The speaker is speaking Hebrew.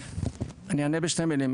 אני אענה בשתי מילים.